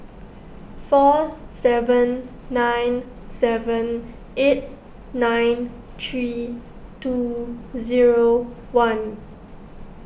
four seven nine seven eight nine three two zero one